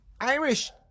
Irish